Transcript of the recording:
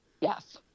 Yes